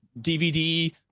DVD